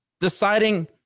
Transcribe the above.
deciding